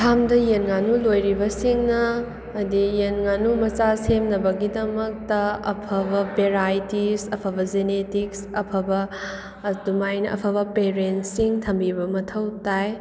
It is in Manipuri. ꯐꯥꯔꯝꯗ ꯌꯦꯟ ꯉꯥꯅꯨ ꯂꯣꯏꯔꯤꯕꯁꯤꯡꯅ ꯑꯃꯗꯤ ꯌꯦꯟ ꯉꯥꯅꯨ ꯃꯆꯥ ꯁꯦꯝꯅꯕꯒꯤꯗꯃꯛꯇ ꯑꯐꯕ ꯚꯦꯔꯥꯏꯇꯤꯁ ꯑꯐꯕ ꯖꯤꯅꯦꯇꯤꯛꯁ ꯑꯐꯕ ꯑꯗꯨꯃꯥꯏꯅ ꯑꯐꯕ ꯄꯦꯔꯦꯟꯁꯁꯤꯡ ꯊꯝꯕꯤꯕ ꯃꯊꯧ ꯇꯥꯏ